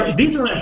these are